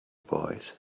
boys